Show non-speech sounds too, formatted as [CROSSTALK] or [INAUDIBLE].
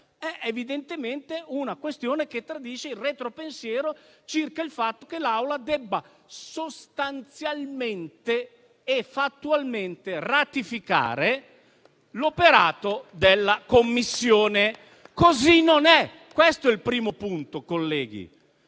è evidentemente una questione che tradisce il retro pensiero circa il fatto che l'Aula debba sostanzialmente e fattualmente ratificare l'operato della Commissione. [APPLAUSE] Così non è: questo il primo punto, colleghi.